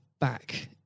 back